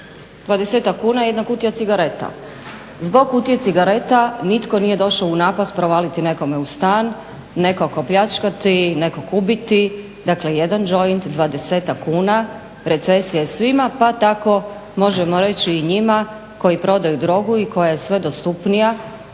20-ak kuna je jedna kutija cigareta. Zbog kutije cigareta nitko nije došao u napast provaliti nekome u stan, nekog opljačkati, nekog ubiti. Dakle, jedan džoint 20-ak kuna, recesija je svima pa tako možemo reći i njima koji prodaju drogu i koja je sve dostupnija,